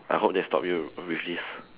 I hope they stop you with this